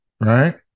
right